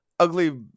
ugly